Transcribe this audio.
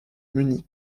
munich